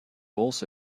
also